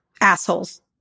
assholes